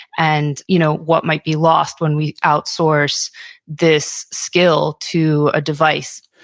and you know what might be lost when we outsource this skill to a device?